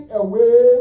away